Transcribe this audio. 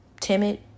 timid